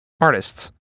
artists